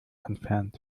entfernt